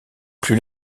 plus